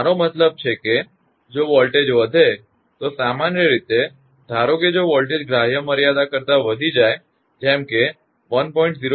મારો મતલબ છે કે જો વોલ્ટેજ વધે તો સામાન્ય રીતે ધારો કે જો વોલ્ટેજ ગ્રાહય મર્યાદા કરતા વધી જાય છે જેમકે 1